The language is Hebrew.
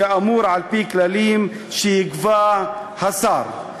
כאמור על-פי כללים שיקבע השר".